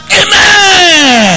amen